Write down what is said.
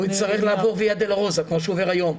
הוא יצטרך לעבור ויה דלרוזה כמו שהוא עובר היום.